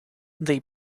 they